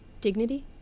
Dignity